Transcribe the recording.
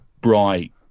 bright